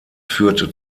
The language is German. führte